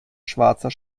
schwarzer